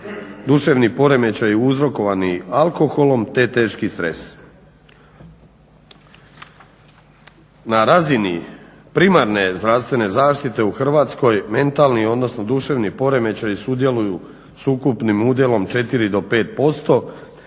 duševni poremećaj uzrokovani alkoholom te teški stres. Na razini primarne zdravstvene zaštite u Hrvatskoj mentalni odnosno duševni poremećaji sudjeluju s ukupnim udjelom 4 do 5%,